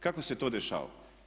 Kako se to dešava?